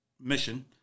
mission